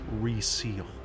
Reseal